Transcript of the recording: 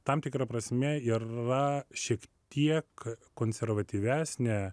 tam tikra prasme yra šiek tiek konservatyvesnė